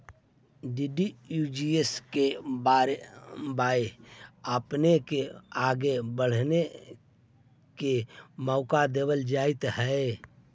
DDUGKY आपपने के आगे बढ़े के मौका देतवऽ हइ